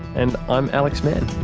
and i'm alex mann